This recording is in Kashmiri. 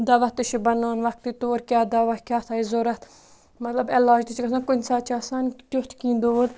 دَوا تہِ چھُ بَنُن وقتہِ طور کیٛاہ دَوا کیٛاہ تھایہِ ضوٚرَتھ مطلب علاج تہِ چھِ گژھان کُنہِ ساتہٕ چھِ آسان تیُتھ کیٚنٛہہ دود